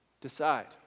decide